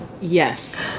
Yes